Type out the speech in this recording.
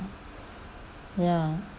ya